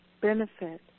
benefit